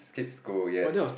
skip school yes